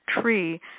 tree